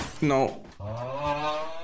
No